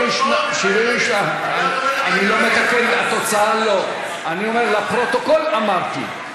אני לא מתקן, לפרוטוקול, אמרתי.